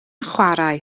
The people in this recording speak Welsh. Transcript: chwarae